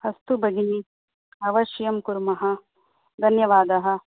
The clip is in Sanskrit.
अस्तु भगिनी अवश्यं कुर्मः धन्यवादः